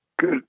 Good